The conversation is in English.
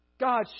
God